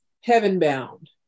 heaven-bound